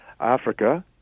Africa